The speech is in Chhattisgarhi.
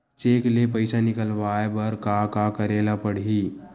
चेक ले पईसा निकलवाय बर का का करे ल पड़हि?